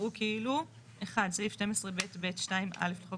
יראו כאילו 1. סעיף 12(ב)(ב)(2)(א) לחוק